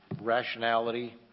rationality